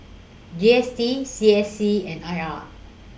G S T C S C and I R